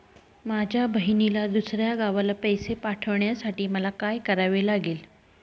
माझ्या बहिणीला दुसऱ्या गावाला पैसे पाठवण्यासाठी मला काय करावे लागेल?